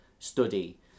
study